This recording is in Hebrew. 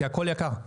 כי הכול יקר,